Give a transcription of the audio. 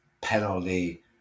penalty